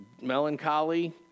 melancholy